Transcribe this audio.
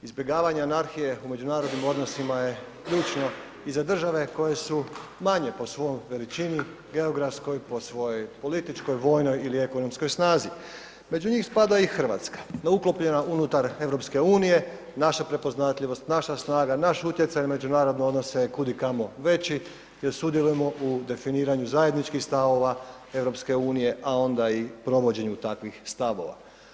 Izbjegavanja anarhije u međunarodnim odnosima je ključno i za države koje su manje po svojoj veličini geografskoj, po svojoj političkoj, vojnoj ili ekonomskoj snazi, među njih spada i Hrvatska ... unutar EU naša prepoznatljivost, naša snaga, naš utjecaj u međunarodne odnose je kudikamo veći jer sudjelujemo u definiranju zajedničkih stavova EU a onda i provođenju takvih stavova.